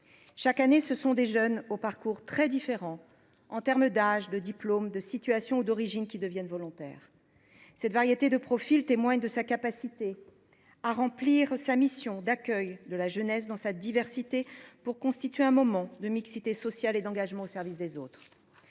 Chaque année, ce sont des jeunes aux parcours très différents en termes d’âge, de diplôme, de situation ou d’origine qui deviennent volontaires. Cette variété des profils témoigne de la capacité du dispositif à remplir sa mission d’accueil de la jeunesse dans sa diversité pour constituer un moment de mixité sociale et d’engagement au service des autres.